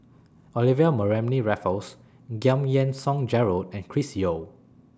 Olivia Mariamne Raffles Giam Yean Song Gerald and Chris Yeo